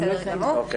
בסדר גמור.